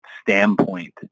standpoint